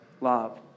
love